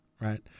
right